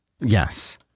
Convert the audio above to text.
Yes